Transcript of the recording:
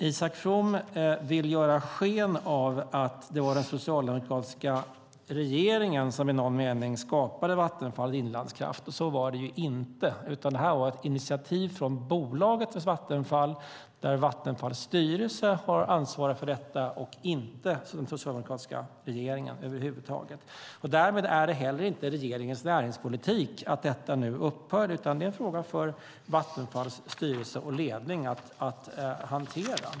Isak From vill ge sken av att det var den socialdemokratiska regeringen som i någon mening skapade Vattenfall Inlandskraft. Så var det inte, utan detta var ett initiativ från bolaget Vattenfall, där Vattenfalls styrelse har ansvarat för detta och inte den socialdemokratiska regeringen över huvud taget. Därmed är det inte heller regeringens näringspolitik att detta nu upphör, utan det är en fråga för Vattenfalls styrelse och ledning att hantera.